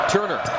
Turner